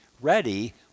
ready